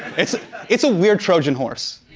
it's it's a weird trojan horse.